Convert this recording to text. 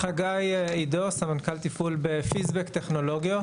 חגי עידו, סמנכ"ל תפעול בפיזבק טכנולוגיות.